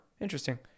interesting